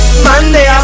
Monday